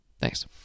Thanks